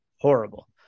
horrible